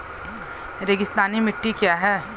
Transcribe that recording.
रेगिस्तानी मिट्टी क्या है?